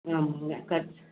ஆமாங்க கட்